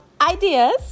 ideas